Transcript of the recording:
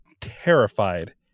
terrified